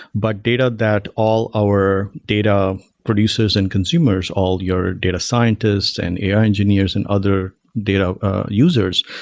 but data that all our data produces and consumers, all your data scientists, and ai engineers, and other data users,